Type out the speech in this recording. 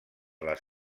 les